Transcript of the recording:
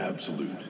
Absolute